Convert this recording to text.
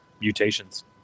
mutations